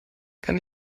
kann